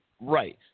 Right